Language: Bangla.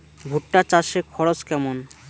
ভুট্টা চাষে খরচ কেমন?